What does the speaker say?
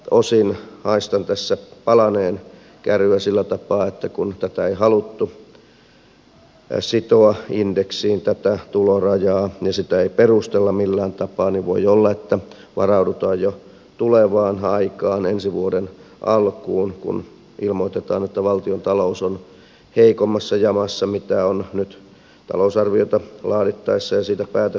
minä haistan tässä osin palaneen käryä sillä tapaa että kun tätä tulorajaa ei haluttu sitoa indeksiin ja sitä ei perustella millään tapaa niin voi olla että varaudutaan jo tulevaan aikaan ensi vuoden alkuun kun ilmoitetaan että valtiontalous on heikommassa jamassa kuin nyt talousarviota laadittaessa ja siitä päätettäessä on tiedetty